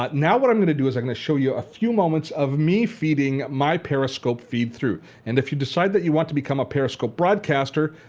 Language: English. but now what i'm going to do is i'm going to show you a few moments of me feeding my periscope feed through and if you decide you want to become a periscope broadcaster,